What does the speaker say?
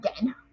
again